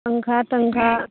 पन्खा तन्खा